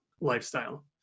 lifestyle